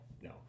No